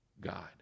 God